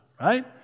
right